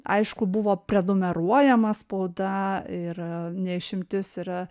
aišku buvo prenumeruojama spauda ir ne išimtis yra